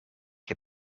che